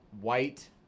white